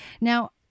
Now